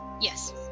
Yes